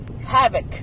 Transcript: havoc